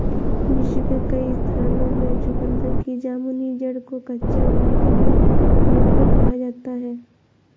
विश्व के कई स्थानों में चुकंदर की जामुनी जड़ को कच्चा उबालकर या भूनकर खाया जाता है